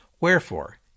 Wherefore